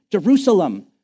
Jerusalem